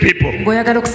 people